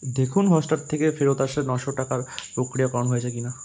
দেখুন হটস্টার থেকে ফেরত আসা নশো টাকার প্রক্রিয়াকরণ হয়েছে কি না